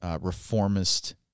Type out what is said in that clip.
reformist